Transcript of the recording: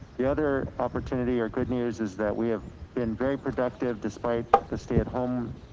the other opportunity or good news is that we have been very productive despite the stay at home